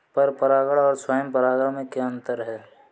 पर परागण और स्वयं परागण में क्या अंतर है?